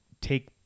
take